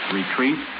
retreat